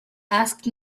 asked